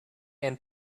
and